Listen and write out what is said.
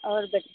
और बच